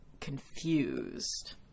confused